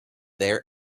their